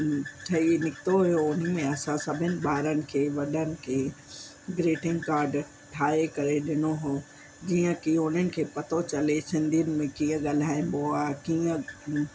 ठही निकितो हुओ हुन में असां सभिनिनि बारनि खे वॾनि खे ग्रिटिंग काड ठाहे करे ॾिनो हुओ जीअं कि उन्हनि खे पतो चले सिंधी में कीअं ॻाल्हाइबो आहे कीअं